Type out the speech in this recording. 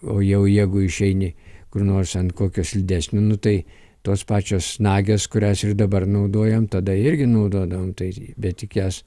o jau jeigu išeini kur nors ant kokio slidesnio nu tai tos pačios nagės kurias ir dabar naudojam tada irgi naudodavom tai bet tik jas